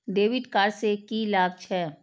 डेविट कार्ड से की लाभ छै?